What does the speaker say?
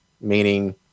meaning